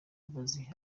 imbabazi